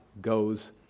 goes